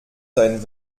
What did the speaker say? sein